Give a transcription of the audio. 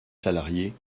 salariés